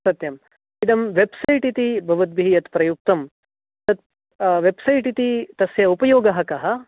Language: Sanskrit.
सत्यम् इदं वेब्सैट् इति भवद्भिः यद् प्रयुक्तं तद् वेब्सैट् इति तस्य उपयोगः कः